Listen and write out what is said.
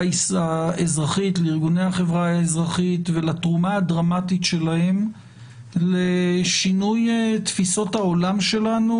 לארגוני החברה האזרחית ולתמורה הדרמטית שלהם לשינוי תפיסות העולם שלנו,